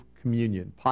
communion